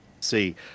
see